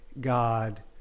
God